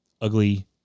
ugly